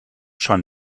schon